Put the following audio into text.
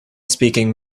speaking